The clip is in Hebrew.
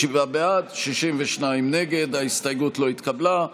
בעד, 43, נגד, 67. ההסתייגות לא התקבלה.